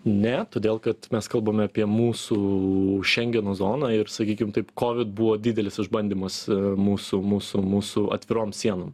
ne todėl kad mes kalbame apie mūsų šengeno zoną ir sakykim taip covid buvo didelis išbandymas mūsų mūsų mūsų atvirom sienom